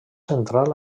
central